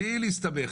בלי להסתבך.